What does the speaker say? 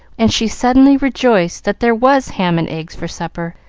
and she suddenly rejoiced that there was ham and eggs for supper,